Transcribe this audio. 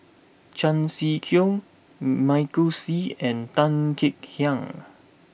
Chan Sek Keong Michael Seet and Tan Kek Hiang